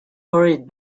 hurried